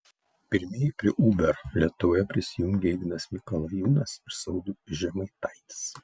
pirmieji prie uber lietuvoje prisijungė ignas mikalajūnas ir saulius žemaitaitis